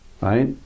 right